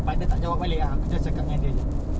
partner tak jawab balik ah aku just cakap dengan dia jer